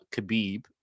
Khabib